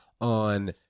on